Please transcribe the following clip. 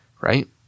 right